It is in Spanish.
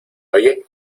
oye